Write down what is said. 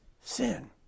sin